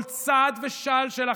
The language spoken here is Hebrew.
כל צעד ושעל שלה,